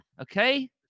Okay